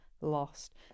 lost